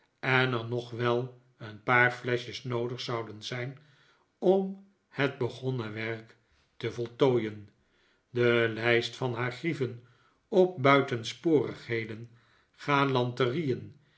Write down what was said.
en er nog wel een paar fleschjes noodi'g zouden zijn om het begonnen werk te voltooien de lijst van haar grieven op buitensporigheden